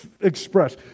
express